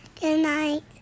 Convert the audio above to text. Goodnight